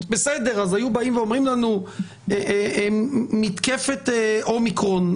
אז היו באים ואומרים לנו שיש מתקפת אומיקרון.